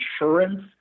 insurance